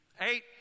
Eight